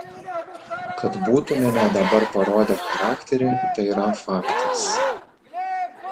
kad būtumėme dabar parodę charakterį tai yra faktas